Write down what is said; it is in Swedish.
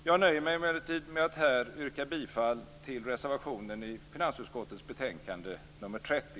Jag nöjer mig emellertid med att här yrka bifall till reservationen i finansutskottets betänkande nr 30.